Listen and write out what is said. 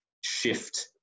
shift